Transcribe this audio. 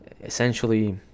essentially